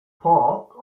park